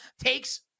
takes